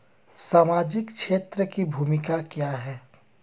सामाजिक क्षेत्र की भूमिका क्या है?